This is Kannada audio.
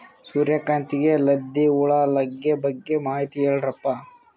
ಸೂರ್ಯಕಾಂತಿಗೆ ಲದ್ದಿ ಹುಳ ಲಗ್ಗೆ ಬಗ್ಗೆ ಮಾಹಿತಿ ಹೇಳರಪ್ಪ?